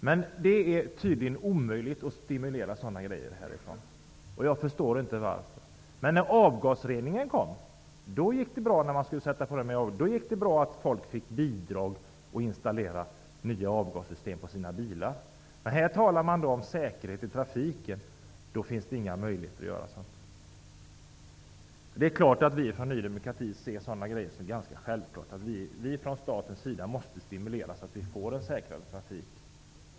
Men det är tydligen omöjligt att stimulera sådana saker härifrån. Jag förstår inte varför. Men när avgasreningen kom gick det bra att folk fick bidrag till att installera nya avgassystem på sina bilar. Här talar vi om säkerhet i trafiken, och då finns det inga sådana möjligheter. Vi i Ny demokrati tycker att det är ganska självklart att staten måste stimulera så att vi får en säkrare trafik.